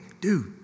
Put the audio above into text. dude